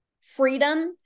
freedom